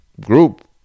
group